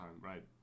right